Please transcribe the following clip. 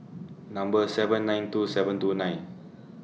Number seven nine two seven two nine